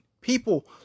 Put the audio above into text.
People